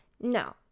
no